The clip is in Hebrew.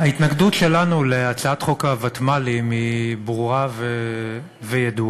ההתנגדות שלנו להצעת חוק הוותמ"לים היא ברורה וידועה.